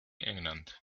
england